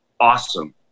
awesome